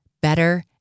better